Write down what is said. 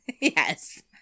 Yes